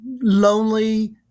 lonely